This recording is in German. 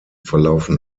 verlaufen